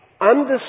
understand